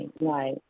right